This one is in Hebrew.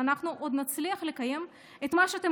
שאנחנו עוד נצליח לקיים את מה שאתם